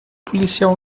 policial